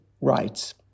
rights